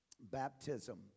baptism